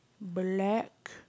black